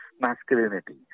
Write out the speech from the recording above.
masculinity